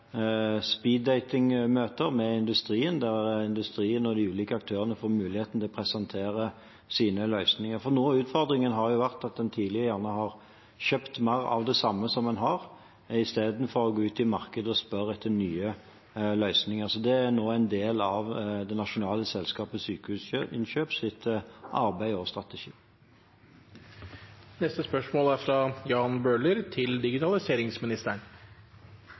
ulike aktørene får muligheten til å presentere sin løsninger. For noe av utfordringen har jo vært at en tidligere gjerne har kjøpt mer av det samme, det som en har, istedenfor å gå ut i markedet og spørre etter nye løsninger. Så dette er nå en del av det nasjonale selskapet Sykehusinnkjøps arbeid og strategi. Dette spørsmålet er utsatt til neste spørretime. Jeg vil gjerne stille følgende spørsmål til digitaliseringsministeren: